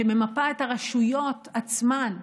שממפה את הרשויות עצמן.